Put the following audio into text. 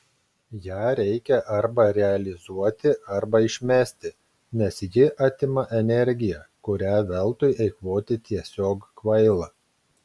ją reikia arba realizuoti arba išmesti nes ji atima energiją kurią veltui eikvoti tiesiog kvaila